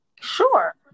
Sure